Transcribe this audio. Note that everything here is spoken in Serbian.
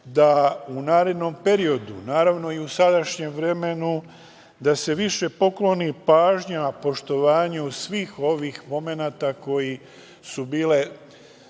da u narednom periodu, naravno i u sadašnjem vremenu da se više pokloni pažnja, poštovanju svih ovih momenata koji su bili